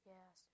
Yes